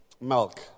Milk